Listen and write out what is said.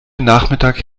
nachmittag